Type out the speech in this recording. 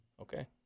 Okay